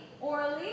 orally